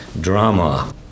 drama